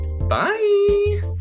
Bye